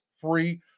free